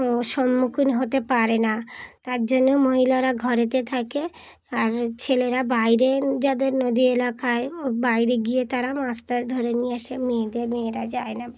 ও সম্মুখীন হতে পারে না তার জন্যে মহিলারা ঘরেতে থাকে আর ছেলেরা বাইরে যাদের নদী এলাকায় ও বাইরে গিয়ে তারা মাছটা ধরে নিয়ে আসে মেয়েদের মেয়েরা যায় না